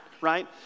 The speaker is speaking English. right